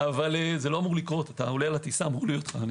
לא אעשה את הניסוי.